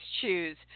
choose